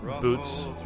Boots